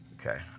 Okay